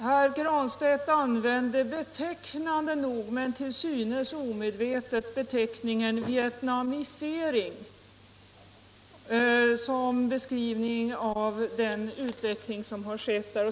Herr Granstedt använde typiskt nog, men till synes omedvetet, beteckningen ”vietnamisering” som beskrivning av den utveckling som skett.